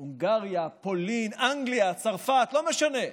הונגריה, פולין, אנגליה, צרפת, לא משנה,